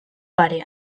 parean